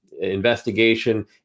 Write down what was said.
investigation